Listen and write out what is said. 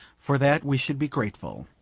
for that we should be grateful.